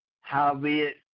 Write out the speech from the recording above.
howbeit